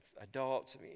adults